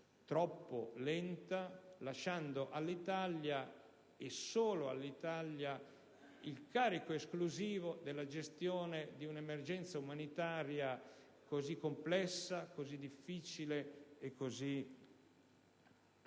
troppo lenta, lasciando all'Italia, e solo all'Italia, il carico esclusivo della gestione di un'emergenza umanitaria così complessa, così difficile e così